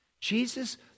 Jesus